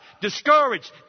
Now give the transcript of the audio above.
discouraged